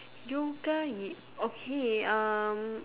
yoga y~ okay um